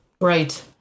Right